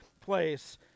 place